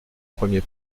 premier